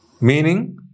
Meaning